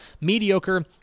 mediocre